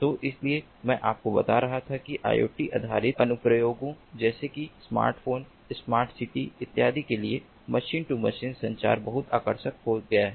तो इसीलिए मैं आपको बता रहा था कि IoT आधारित अनुप्रयोगों जैसे कि स्मार्ट होम स्मार्ट सिटी इत्यादि के लिए मशीन टू मशीन संचार बहुत आकर्षक हो गया है